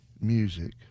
music